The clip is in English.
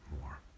more